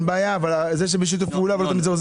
אבל זה עוזר?